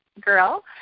girl